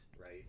right